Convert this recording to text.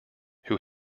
who